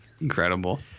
incredible